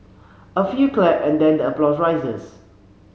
a few clap and then the applause rises